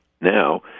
now